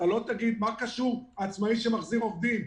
אתה לא תגיד מה קשור עצמאי שמחזיר עובדים?